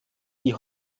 die